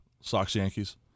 Sox-Yankees